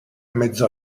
mezzo